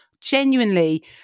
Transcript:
Genuinely